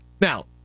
Now